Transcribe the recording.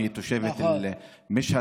שהיא תושבת משהד,